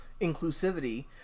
inclusivity